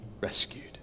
rescued